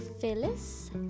Phyllis